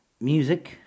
Music